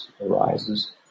arises